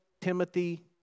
Timothy